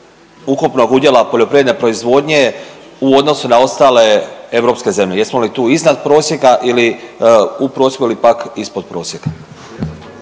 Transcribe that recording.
ukupnog udjela poljoprivredne proizvodnje u odnosu na ostale europske zemlje. Jesmo li tu iznad prosjeka ili u prosjeku ili pak ispod prosjeka?